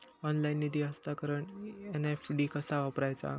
Online निधी हस्तांतरणाक NEFT कसा वापरायचा?